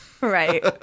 Right